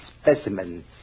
specimens